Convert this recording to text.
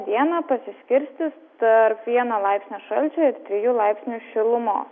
dieną pasiskirstys tarp vieno laipsnio šalčio ir trijų laipsnių šilumos